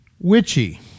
witchy